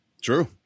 true